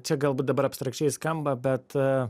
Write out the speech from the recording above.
čia galbūt dabar abstrakčiai skamba bet